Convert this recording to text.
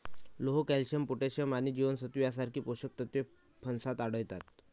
लोह, calcium, potassium आणि जीवनसत्त्वे यांसारखी पोषक तत्वे फणसात आढळतात